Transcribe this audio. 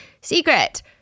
secret